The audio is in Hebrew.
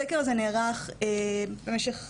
הסקר הזה נערך בחודש